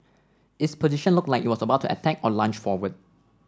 its position looked like it was about to attack or lunge forward